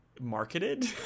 marketed